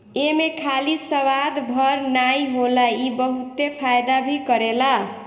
एमे खाली स्वाद भर नाइ होला इ बहुते फायदा भी करेला